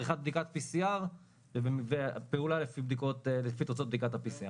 עריכת בדיקת PCR ופעולה לפי תוצאות בדיקת ה-PCR.